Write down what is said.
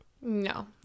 No